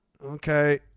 Okay